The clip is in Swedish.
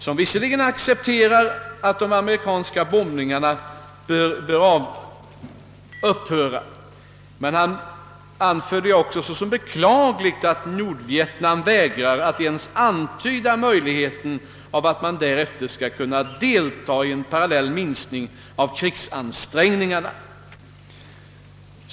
Herr Ohlin accepterar visserligen att de amerikanska bombningarna bör upphöra, men anför också såsom beklagligt att Nordvietnam vägrar att ens antyda möjligheten av att man därefter skall kunna delta i en parallell minskning av krigsansträngningarna.